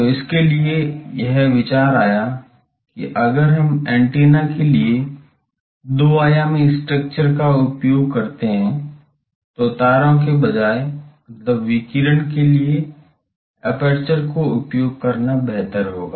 तो इसके लिए यह विचार आया कि अगर हम एंटीना के लिए दो आयामी स्ट्रक्चर का उपयोग करते हैं तो तारों के बजाय मतलब विकीर्ण के लिए एपर्चर को उपयोग करना बेहतर होगा